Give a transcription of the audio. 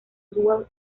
oswald